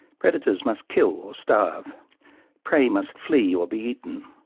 predators must kill or starve prey must flee or be eaten.